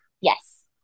Yes